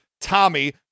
Tommy